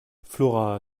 flora